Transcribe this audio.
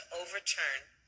overturn